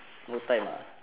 no time ah